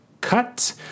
cut